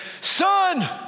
Son